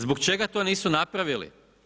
Zbog čega to nisu napravili?